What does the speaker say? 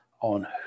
on